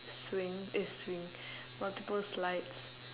swing eh swing multiple slides